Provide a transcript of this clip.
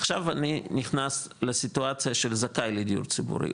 עכשיו אני נכנס לסיטואציה של זכאי לדיור ציבורי,